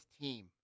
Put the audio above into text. team